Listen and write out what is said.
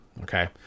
okay